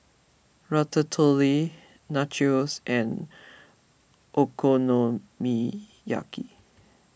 Ratatouille Nachos and Okonomiyaki